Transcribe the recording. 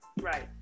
Right